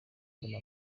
mbona